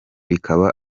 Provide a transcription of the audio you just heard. ikaba